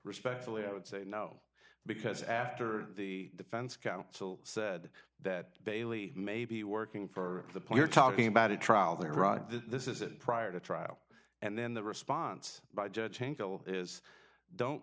respectfully i would say no because after the defense counsel said that bailey may be working for the poor you're talking about a trial that rock that this isn't prior to trial and then the response by judge is don't